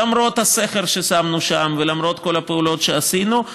למרות הסכר ששמנו שם ולמרות כל הפעולות שעשינו,